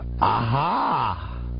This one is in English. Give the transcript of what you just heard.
aha